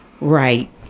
Right